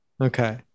Okay